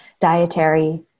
dietary